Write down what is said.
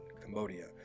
Cambodia